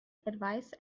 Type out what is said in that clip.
advice